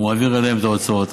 הוא מעביר אליהם את העודפים.